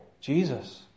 Jesus